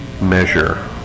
measure